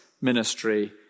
ministry